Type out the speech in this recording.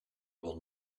will